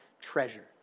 treasure